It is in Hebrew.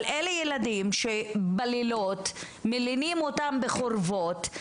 אבל אלה ילדים שבלילות מלינים אותם בחורבות,